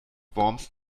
worms